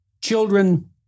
children